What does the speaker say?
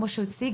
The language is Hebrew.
כמו שהוא הציג,